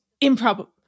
Improbable